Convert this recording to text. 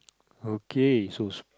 okay so